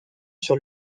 sur